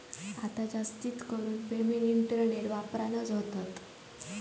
आता जास्तीकरून payment internet वापरानच होतत